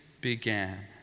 began